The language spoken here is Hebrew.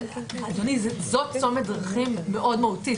זו צומת דרכים מאוד מהותי.